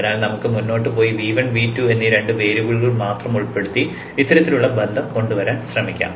അതിനാൽ നമുക്ക് മുന്നോട്ട് പോയി V1 V2 എന്നീ രണ്ട് വേരിയബിളുകൾ മാത്രം ഉൾപ്പെടുത്തി ഇത്തരത്തിലുള്ള ബന്ധം കൊണ്ടുവരാൻ ശ്രമിക്കാം